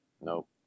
Nope